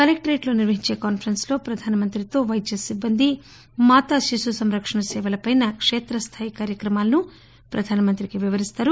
collectorate లో నిర్వహించే కాన్సరెస్స్ లో ప్రధానితో వైద్య సిబ్బంది మాతా శిశు సంరక్షణ సేవలపై కేత్ర స్థాయి కార్యక్రమాలను ప్రధానికి వివరిస్తారు